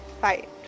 fight